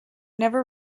never